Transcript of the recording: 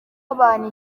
abantu